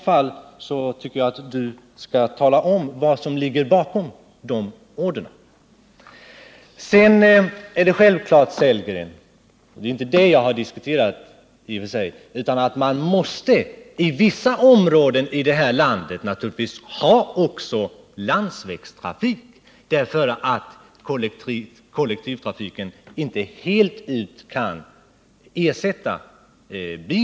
Jag tycker att han skall tala om vad som ligger bakom de här orden. Sedan vill jag vända mig till Rolf Sellgren och säga att det är självklart — min argumentering har heller inte gått ut på något annat — att man inom vissa områden i det här landet måste ha också landsvägstrafik, eftersom kollektivtrafiken inte kan ersätta bilismen fullt ut.